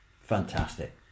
Fantastic